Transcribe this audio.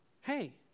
Hey